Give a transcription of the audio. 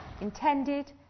intended